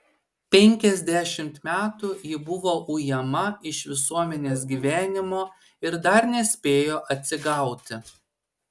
penkiasdešimt metų ji buvo ujama iš visuomenės gyvenimo ir dar nespėjo atsigauti